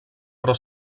però